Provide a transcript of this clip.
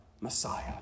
Messiah